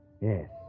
Yes